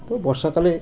ওই বর্ষাকালে